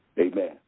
Amen